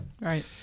right